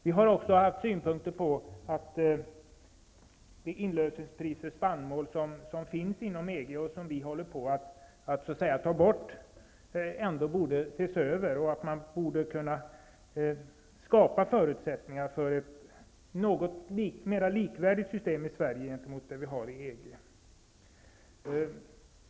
Vi har också haft synpunkter på att det inlösningspris för spannmål som finns inom EG och som vi så att säga håller på att ta bort ändå borde ses över och att man borde kunna skapa förutsättningar för ett system i Sverige som är något mer likvärdigt systemet inom EG.